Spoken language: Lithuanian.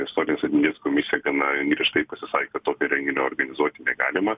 istorinės atminties komisija gana griežtai pasisakė kad tokio renginio organizuoti negalima